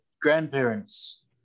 grandparents